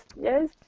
yes